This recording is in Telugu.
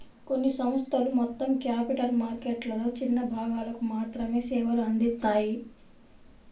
కొన్ని సంస్థలు మొత్తం క్యాపిటల్ మార్కెట్లలో చిన్న భాగాలకు మాత్రమే సేవలు అందిత్తాయి